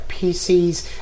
PCs